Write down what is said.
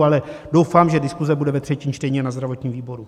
Ale doufám, že diskuze bude ve třetím čtení a na zdravotním výboru.